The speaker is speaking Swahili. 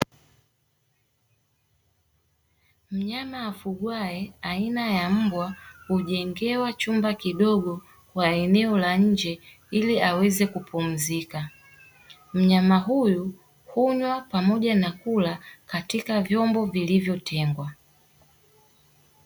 Mnyama afugwaye aina ya mbwa, hujengewa chumba kidogo kwa eneo la nje ili aweze kupumzika. Mnyama huyu hunywa pamoja na kula katika vyombo vilivyotengwa.